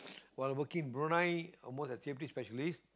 while working Brunei I almost ah safety specialist